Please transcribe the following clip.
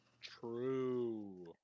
True